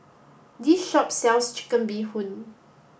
this shop sells chicken bee Hoon